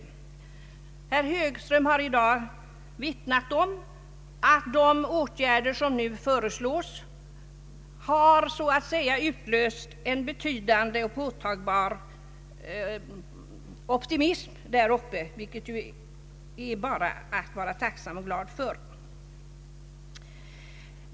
Herr Högström har i dag vittnat om att de åtgärder som nu föreslås så att säga har medfört en påtaglig optimism där uppe, vilket man bör vara tacksam och glad för.